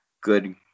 good